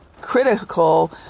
critical